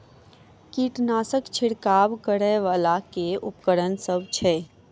कीटनासक छिरकाब करै वला केँ उपकरण सब छै?